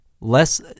less